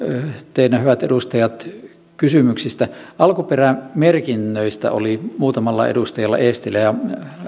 tein hyvät edustajat kysymyksistä alkuperämerkinnöistä oli muutamalla edustajalla eestilä ja